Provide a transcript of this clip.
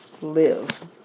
live